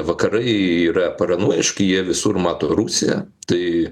vakarai yra paranojiški jie visur mato rusiją tai